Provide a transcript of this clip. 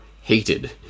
hated